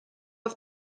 auf